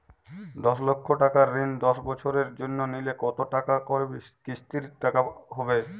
দশ লক্ষ টাকার ঋণ দশ বছরের জন্য নিলে কতো টাকা করে কিস্তির টাকা হবে?